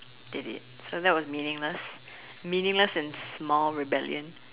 did it so that was meaningless meaningless and small rebellion